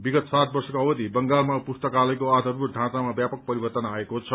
विगत सात वर्षको अवधि बंगालमा पुस्तकालयको आधारभूत ढाँचामा व्यापक परिवर्तन आएको छ